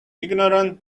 ignorant